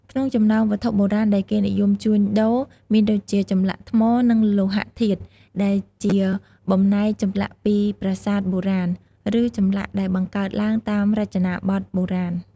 ក្នុងចំណោមវត្ថុបុរាណដែលគេនិយមជួញដូរ មានដូចជា ចម្លាក់ថ្ម និងលោហៈធាតុ ដែលជាបំណែកចម្លាក់ពីប្រាសាទបុរាណ ឬចម្លាក់ដែលបង្កើតឡើងតាមរចនាបថបុរាណ។